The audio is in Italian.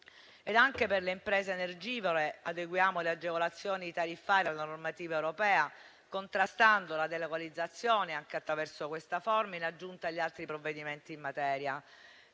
Anche per le imprese energivore, adeguiamo le agevolazioni tariffarie alla normativa europea, contrastando la delocalizzazione anche attraverso questa forma, in aggiunta agli altri provvedimenti in materia.